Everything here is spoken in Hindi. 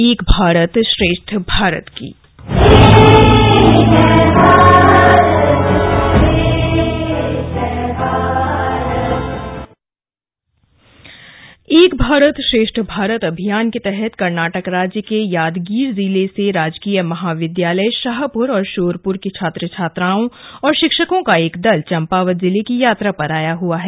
एक भारत श्रेष्ठ भारत एक भारत श्रेष्ठ भारत अभियान के तहत कर्नाटक राज्य के यादगीर जिले से राजकीय महाविद्यालय शाहपुर और शोरपुर के छात्र छात्राओं और शिक्षकों का एक दल चम्पावत जिले की यात्रा पर आया हुआ है